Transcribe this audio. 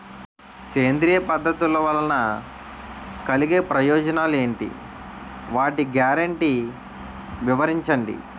సేంద్రీయ పద్ధతుల వలన కలిగే ప్రయోజనాలు ఎంటి? వాటి గ్యారంటీ వివరించండి?